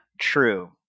true